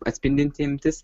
atspindinti imtis